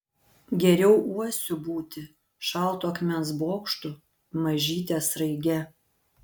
geriau uosiu būti šaltu akmens bokštu mažyte sraige